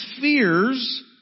fears